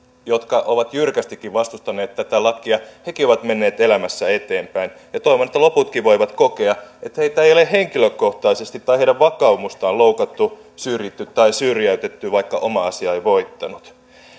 jotka ovat jyrkästikin vastustaneet tätä lakia ovat menneet elämässä eteenpäin ja toivon että loputkin voivat kokea että heitä ei ole henkilökohtaisesti tai heidän vakaumustaan loukattu syrjitty tai syrjäytetty vaikka oma asia ei voittanut